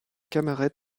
camaret